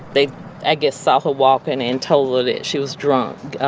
they i guess saw her walking and told her that she was drunk,